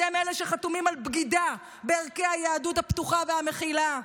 אתם אלה שחתומים על בגידה בערכי היהדות הפתוחה והמכילה,